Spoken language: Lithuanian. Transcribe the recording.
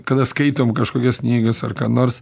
kada skaitom kažkokias knygas ar ką nors